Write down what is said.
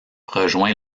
rejoint